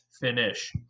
Finish